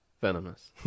venomous